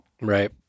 Right